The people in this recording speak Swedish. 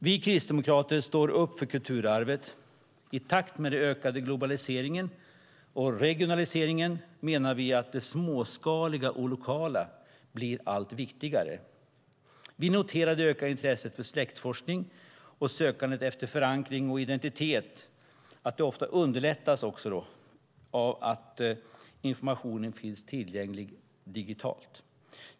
Vi kristdemokrater står upp för kulturarvet. I takt med den ökade globaliseringen och regionaliseringen menar vi att det småskaliga och lokala blir allt viktigare. Vi noterar det ökande intresset för släktforskning, där sökandet efter förankring och identitet ofta underlättas av att informationen finns tillgänglig digitalt.